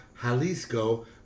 Jalisco